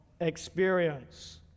experience